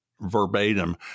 verbatim